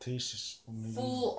taste is prominent